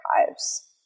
archives